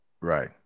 Right